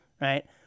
right